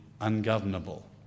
ungovernable